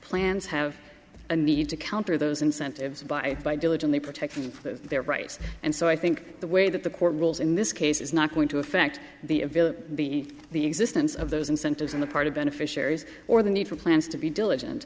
plans have a need to counter those incentives by by diligently protecting their rights and so i think the way that the court rules in this case is not going to affect the ability to be the existence of those incentives on the part of beneficiaries or the need for plans to be